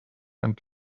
and